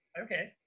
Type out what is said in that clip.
okay